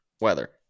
weather